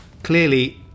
Clearly